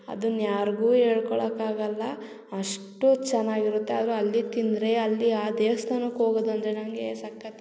ಅದನ್ನ ಯಾರಿಗೂ ಹೇಳ್ಕೊಳಕ್ಕಾಗಲ್ಲ ಅಷ್ಟು ಚೆನ್ನಾಗಿರುತ್ತೆ ಆದರು ಅಲ್ಲಿ ತಿಂದರೆ ಅಲ್ಲಿ ಆ ದೇವ್ಸ್ಥಾನಕ್ಕೆ ಹೋಗೋದು ಅಂದರೆ ನನಗೆ ಸಕ್ಕತ್ ಇಷ್ಟ